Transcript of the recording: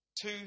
two